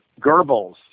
Goebbels